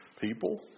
people